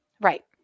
Right